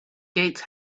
gates